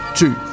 two